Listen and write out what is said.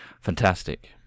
Fantastic